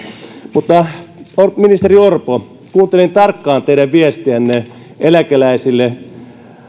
ministeri orpo kuuntelin tarkkaan teidän viestiänne eläkeläisille